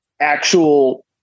actual